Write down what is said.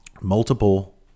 multiple